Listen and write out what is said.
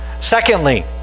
Secondly